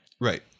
Right